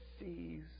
sees